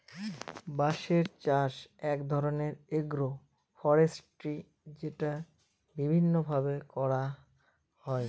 বাঁশের চাষ এক ধরনের এগ্রো ফরেষ্ট্রী যেটা বিভিন্ন ভাবে করা হয়